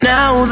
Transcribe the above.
Now